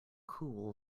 cool